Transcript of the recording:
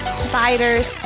spiders